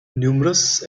numerous